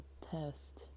test